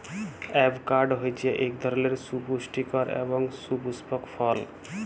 avocado হছে ইক ধরলের সুপুষ্টিকর এবং সুপুস্পক ফল